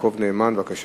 תודה רבה.